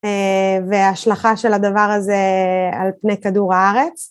וההשלכה של הדבר הזה על פני כדור הארץ.